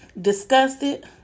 disgusted